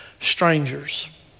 Strangers